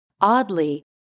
Oddly